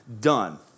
done